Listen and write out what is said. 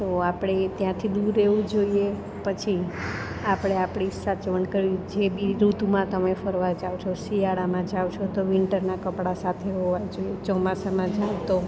તો આપણે ત્યાંથી દૂર રહેવું જોઈએ પછી આપણે આપણી સાચવણ કરવી જે બી ઋતમાં તમે ફરવા જાઓ છો શિયાળામાં જાઓ છો તો વિન્ટરના કપડા સાથે હોવા જોઈએ ચોમાસામાં જાઓ તો